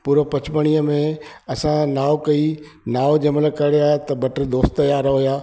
पूरो पंचमढ़ीअ में असां नाओ कई नाओ जंहिंमहिल करे आहिया त ॿ टे दोस्त यार हुया